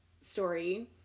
story